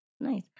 nice